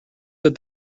that